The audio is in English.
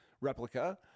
replica